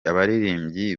abaririmbyi